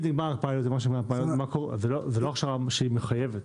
זאת לא הכשרה שמחייבת.